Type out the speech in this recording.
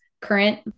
current